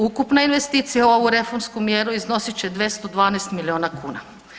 Ukupna investicija u ovu reformsku mjeru iznosit će 212 milijuna kuna.